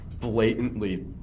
blatantly